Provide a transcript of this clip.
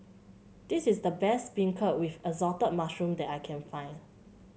this is the best beancurd with assorted mushroom that I can find